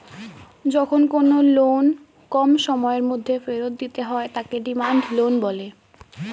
যখন কোনো লোন কম সময়ের মধ্যে ফেরত দিতে হয় তাকে ডিমান্ড লোন বলে